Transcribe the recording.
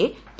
A P